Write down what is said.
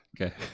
Okay